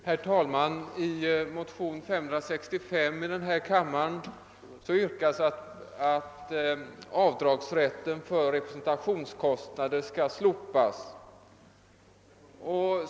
Herr talman! I motion nr 565 i den här kammaren yrkas att avdragsrätten för representationskostnader skall slo pas.